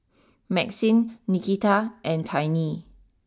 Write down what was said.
Maxine Nikita and Tiny